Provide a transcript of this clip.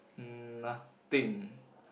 mm nothing